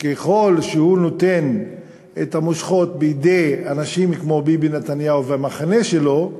שככל שהוא נותן את המושכות בידי אנשים כמו ביבי נתניהו והמחנה שלו,